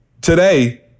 today